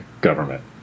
government